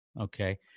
Okay